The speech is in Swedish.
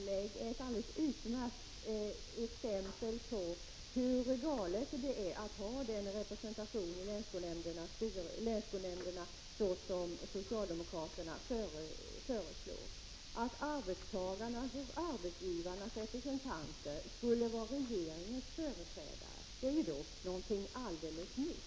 Herr talman! Helge Hagbergs inlägg är ett alldeles utmärkt exempel på hur galet det är att ha den representation i länsskolnämnderna som socialdemokraterna föreslår. Att arbetstagarnas och arbetsgivarnas representanter skulle vara regeringens företrädare är någonting alldeles nytt.